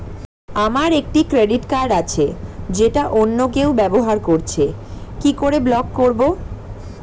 আমার একটি credit card আছে যেটা অন্য কেউ ব্যবহার করছে কি করে ব্লক করবো?